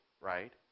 right